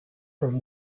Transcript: from